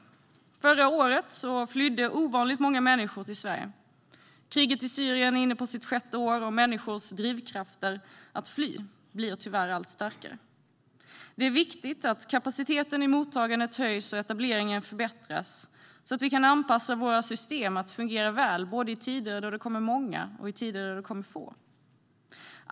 Förra året flydde ovanligt många människor till Sverige. Kriget i Syrien är inne på sitt sjätte år, och människors drivkrafter att fly blir tyvärr allt starkare. Det är viktigt att kapaciteten i mottagandet höjs och att etableringen förbättras, så att vi kan anpassa våra system att fungera väl både i tider då det kommer många och i tider då det kommer få.